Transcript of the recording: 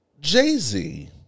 Jay-Z